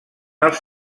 els